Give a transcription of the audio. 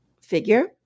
figure